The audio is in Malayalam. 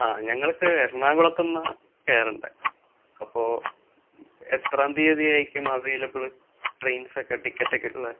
ആ ഞങ്ങൾക്ക് എറണാകുളത്ത് നിന്ന് കയറേണ്ടത് അപ്പോൾ എത്രാം തിയതി ആയിരിക്കും അവൈലബിള് ട്രെയിൻസൊക്കെ ടിക്കറ്റക്കെ കിട്ടുന്നത്